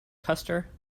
custer